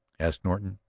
asked norton.